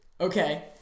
Okay